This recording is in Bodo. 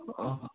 अ